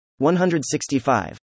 165